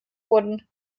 wurden